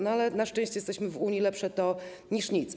No, ale na szczęście jesteśmy w Unii, lepsze to niż nic.